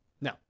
No